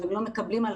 הדיון הוא דיון מעקב.